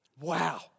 Wow